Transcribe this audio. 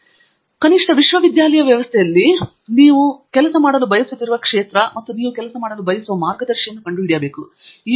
ಆದ್ದರಿಂದ ಕನಿಷ್ಠ ವಿಶ್ವವಿದ್ಯಾನಿಲಯ ವ್ಯವಸ್ಥೆಯಲ್ಲಿ ನೀವು ಕೆಲಸ ಮಾಡಲು ಬಯಸುತ್ತಿರುವ ಪ್ರದೇಶ ಮತ್ತು ನೀವು ಕೆಲಸ ಮಾಡಲು ಬಯಸುವ ಮಾರ್ಗದರ್ಶಿಯನ್ನು ಕಂಡುಹಿಡಿಯಬೇಕು